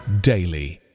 daily